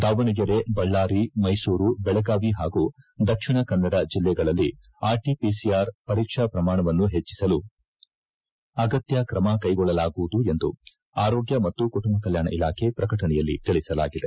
ದಾವಣಗರೆ ಬಳ್ಳಾರಿ ಮೈಸೂರು ಬೆಳಗಾವಿ ಹಾಗೂ ದಕ್ಷಿಣ ಕನ್ನಡ ಜಲ್ಲೆಗಳಲ್ಲಿ R T PCR ಪರೀಕ್ಷಾ ಪ್ರಮಾಣವನ್ನು ಪೆಟ್ಟಿಸಲು ಆಗತ್ಯ ತ್ರಮ ಕೈಗೊಳ್ಳಲಾಗುವುದೆಂದು ಆರೋಗ್ಯ ಮತ್ತು ಕುಟುಂಬ ಕಲ್ಕಾಣ ಇಲಾಖೆ ಪ್ರಕಟಣೆಯಲ್ಲಿ ತಿಳಿಸಲಾಗಿದೆ